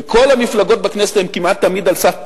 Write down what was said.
וכל המפלגות בכנסת הן כמעט תמיד על סף פילוג.